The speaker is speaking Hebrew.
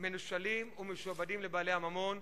מנושלים ומשועבדים לבעלי הממון.